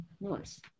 Nice